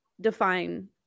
define